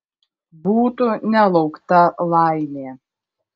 būtų nelaukta laimė